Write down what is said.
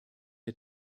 der